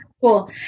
cool